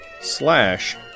slash